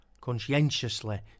conscientiously